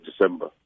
December